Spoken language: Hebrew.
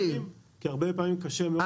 כי הרבה פעמים קשה מאוד למצוא את הדירות.